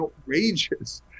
outrageous